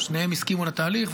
שניהם הסכימו לתהליך.